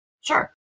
Sure